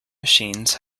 machines